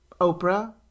Oprah